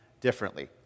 differently